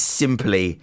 simply